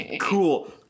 Cool